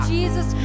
Jesus